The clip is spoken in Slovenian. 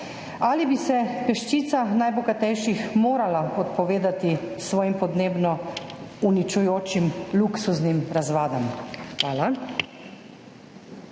Ali bi se peščica najbogatejših morala odpovedati svojim podnebno uničujočim luksuznim razvadam? Hvala.